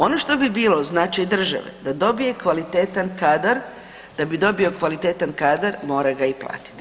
Ono što bi bilo znači od države da dobije kvalitetan kadar, da bi dobio kvalitetan kadar mora ga i platiti.